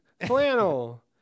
flannel